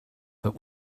but